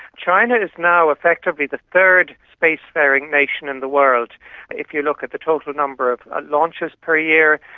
china is now effectively the third space-faring nation in the world if you look at the total number of ah launches per year,